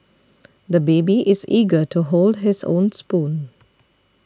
the baby is eager to hold his own spoon